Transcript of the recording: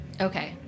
Okay